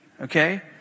okay